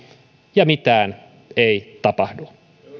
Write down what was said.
ja mitään ei tapahdu ei